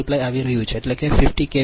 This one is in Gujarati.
1 આવી રહ્યું છે એટલે કે 50